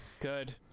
good